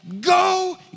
go